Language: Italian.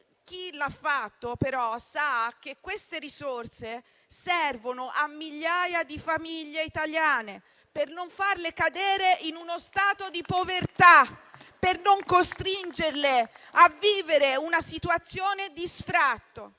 sto dicendo). Sappia che queste risorse servono a migliaia di famiglie italiane per non farle cadere in uno stato di povertà, per non costringerle a vivere una situazione di sfratto.